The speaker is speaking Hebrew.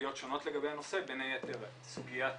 שונות לגבי הנושא, בין היתר את סוגיית